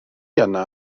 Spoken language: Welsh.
yna